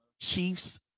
Chiefs